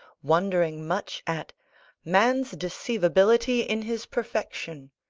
wondering much at man's deceivability in his perfection,